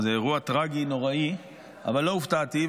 זה אירוע טרגי, נוראי, אבל לא הופתעתי.